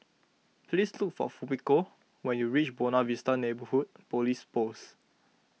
please look for Fumiko when you reach Buona Vista Neighbourhood Police Post